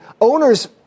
owners